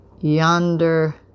yonder